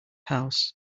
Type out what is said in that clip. house